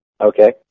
Okay